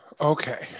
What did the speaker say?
Okay